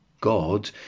God